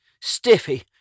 Stiffy